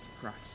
Christ